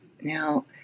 now